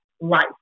life